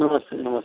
नमस्ते नमस्ते